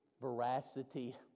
Veracity